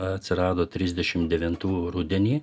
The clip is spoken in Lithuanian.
atsirado trisdešim devintųjų rudenį